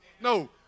No